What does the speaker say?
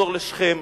נחזור לשכם,